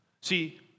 See